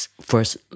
first